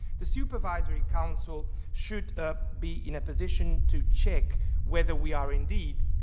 the supervisory council should be in a position to check whether we are, indeed,